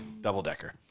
Double-decker